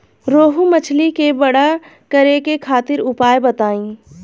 रोहु मछली के बड़ा करे खातिर उपाय बताईं?